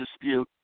dispute